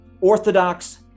Orthodox